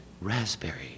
raspberry